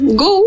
go